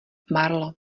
marlo